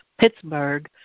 Pittsburgh